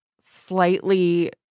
slightly